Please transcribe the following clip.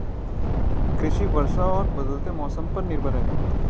कृषि वर्षा और बदलते मौसम पर निर्भर है